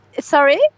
sorry